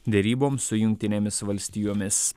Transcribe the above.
deryboms su jungtinėmis valstijomis